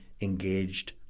engaged